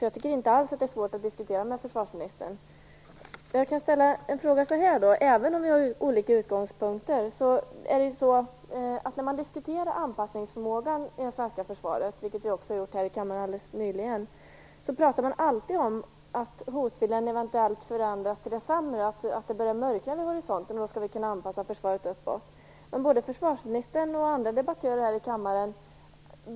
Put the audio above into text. Jag tycker inte alls att det är svårt att diskutera med försvarsministern. När man diskuterar anpassningsförmågan i det svenska försvaret, vilket vi har gjort här i kammaren alldeles nyligen, pratar man alltid om att hotbilden eventuellt kan förändras till det sämre, att det börjar mörkna vid horisonten och att vi måste kunna anpassa försvaret uppåt. Det gäller både försvarsministern och andra debattörer här i kammaren.